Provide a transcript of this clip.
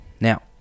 Now